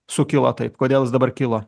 sukilo taip kodėl jis dabar kilo